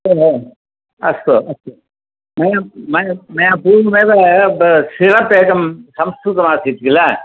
ओ हो अस्तु अस्तु मया मया मया पूर्वमेव सिरप् एकं संस्कृतमासीत् किल